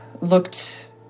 looked